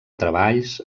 treballs